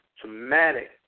traumatic